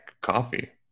coffee